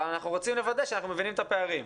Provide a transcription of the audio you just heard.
אבל אנחנו רוצים לוודא שאנחנו מבינים את הפערים.